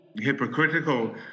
hypocritical